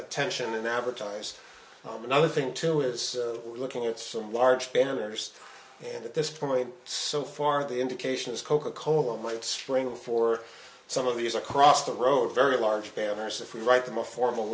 attention and advertise oh another thing to do is looking at some large banners and at this point so far the indication is coca cola might spring for some of these across the road very large banners if we write them a formal